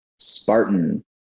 Spartan